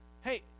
Hey